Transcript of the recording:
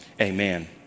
amen